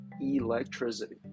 electricity